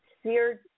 Seared